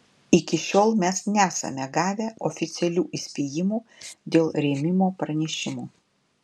iki šiol mes nesame gavę oficialių įspėjimų dėl rėmimo pranešimų